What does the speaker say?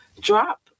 drop